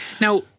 Now